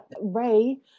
Ray